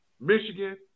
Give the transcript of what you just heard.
Michigan